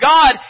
God